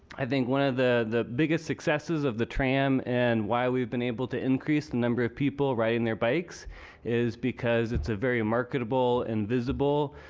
i think one of the the biggest successes of the tram and why we have been able to increase the number of people riding their bikes is because it's a very marketable, and visible